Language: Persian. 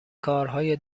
کارهای